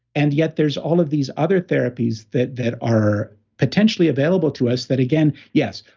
and yet, there's all of these other therapies that that are potentially available to us, that again, yes,